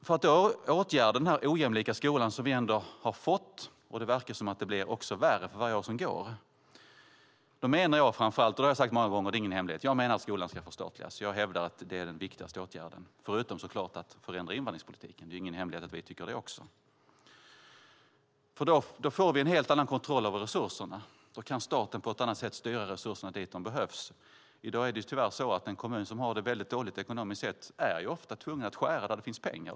För att åtgärda den ojämlika skola som vi ändå har fått, och det verkar som om det också blir värre för varje år som går, menar jag framför allt, det har jag sagt många gånger, det är ingen hemlighet, att skolan ska förstatligas. Jag hävdar att det är den viktigaste åtgärden, förutom så klart att förändra invandringspolitiken. Det är ingen hemlighet att vi tycker det också. Då får vi en helt annan kontroll över resurserna. Då kan staten på ett annat sätt styra resurserna dit där de behövs. I dag är det tyvärr så att en kommun som har det väldigt dåligt ekonomiskt sett ofta är tvungen att skära där det finns pengar.